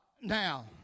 Now